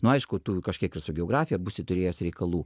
na aišku tu kažkiek ir su geografija busi turėjęs reikalų